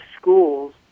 schools